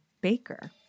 baker